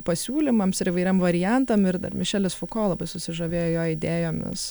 pasiūlymams ir įvairiem variantam ir dar mišelis fuko labai susižavėjo jo idėjomis